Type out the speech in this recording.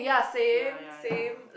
ya ya ya